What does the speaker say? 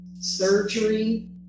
surgery